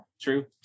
True